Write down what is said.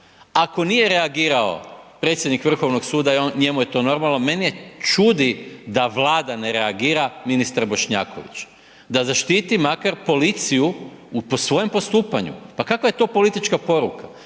Ako nije reagirao predsjednik Vrhovnog suda, njemu je to normalno, mene čudi da Vlada ne reagira, ministar Bošnjaković, da zaštiti makar policiju po svojem postupanju. Pa kakva je to politička poruka?